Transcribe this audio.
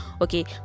okay